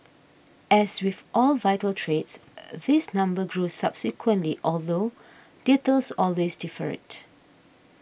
as with all vital trades this number grew subsequently although details always differed